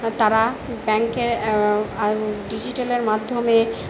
তারা ব্যাঙ্কের ডিজিটালের মাধ্যমে